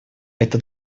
это